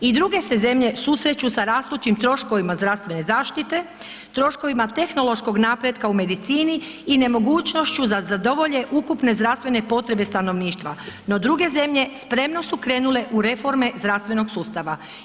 I druge se zemlje susreću sa rastućim troškovima zdravstvene zaštite, troškovima tehnološkog napretka u medicini i nemogućnošću da zadovolje ukupne zdravstvene potrebe stanovništva no druge zemlje spremno su krenule u reforme zdravstvenog sustava.